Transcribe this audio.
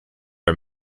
are